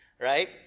Right